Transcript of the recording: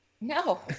No